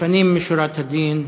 לפנים משורת הדין.